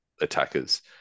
attackers